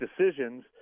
decisions